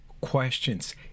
questions